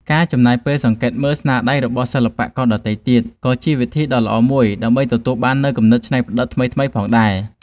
ការចំណាយពេលសង្កេតមើលស្នាដៃរបស់សិល្បករដទៃទៀតក៏ជាវិធីដ៏ល្អមួយដើម្បីទទួលបាននូវគំនិតច្នៃប្រឌិតថ្មីៗផងដែរ។